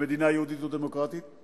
במדינה יהודית ודמוקרטית.